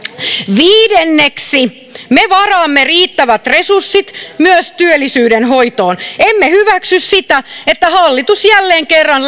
viidenneksi me varaamme riittävät resurssit myös työllisyyden hoitoon emme hyväksy sitä että hallitus jälleen kerran